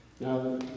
Now